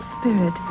spirit